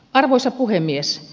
arvoisa puhemies